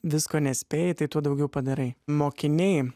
visko nespėji tai tuo daugiau padarai mokiniai